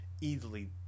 easily